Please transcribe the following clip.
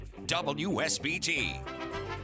WSBT